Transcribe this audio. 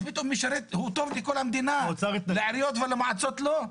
אז הוא טוב לכל המדינה, ולעיריות ולמועצות לא?